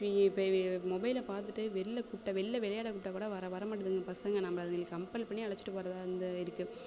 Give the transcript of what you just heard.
இப்போவே மொபைலை பார்த்துட்டே வெளியில் கூப்பிட்டா வெளியில் விளையாட கூப்பிட்டா கூட வர வர மாட்டுதுங்க பசங்க நம்மள அதுங்கள கம்பல் பண்ணி அழைச்சிட்டு போகிறதா வந்த இருக்குது